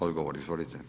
Odgovor, izvolite.